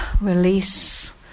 release